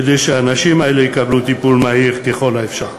כדי שהאנשים האלה יקבלו טיפול מהיר ככל האפשר.